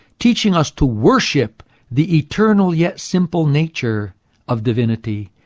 teaching us to worship the eternal yet simple nature of divinity,